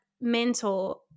mentor